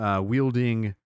wielding